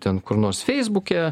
ten kur nors feisbuke